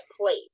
place